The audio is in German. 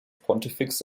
pontifex